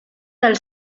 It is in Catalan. del